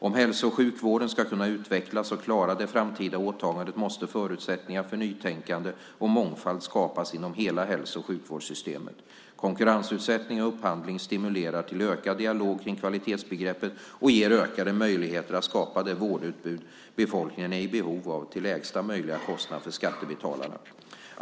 Om hälso och sjukvården ska kunna utvecklas och klara det framtida åtagandet måste förutsättningar för nytänkande och mångfald skapas inom hela hälso och sjukvårdssystemet. Konkurrensutsättning och upphandling stimulerar till ökad dialog kring kvalitetsbegreppet och ger ökade möjligheter att skapa det vårdutbud befolkningen är i behov av till lägsta möjliga kostnad för skattebetalarna.